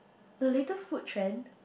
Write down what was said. the latest food trend